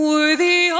Worthy